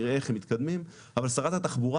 נראה איך הם מתקדמים אבל שרת התחבורה